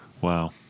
Wow